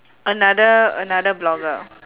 another another blogger